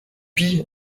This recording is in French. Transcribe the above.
pis